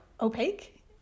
Opaque